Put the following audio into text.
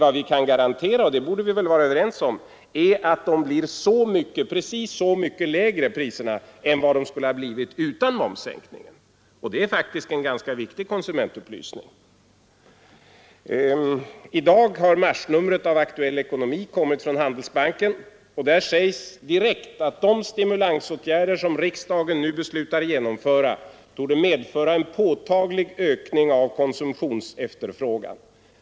Vad vi kan garantera — och det borde vi vara överens om — är att priserna blir precis så mycket lägre än de skulle ha blivit utan momssänkningen. Det är faktiskt en ganska viktig konsumentupplysning. I dag har marsnumret av Aktuell ekonomi kommit från Handelsbanken. Där sägs direkt att de stimulansåtgärder som riksdagen nu beslutar genomföra torde medföra en påtaglig ökning av konsumtionsefterfrågan.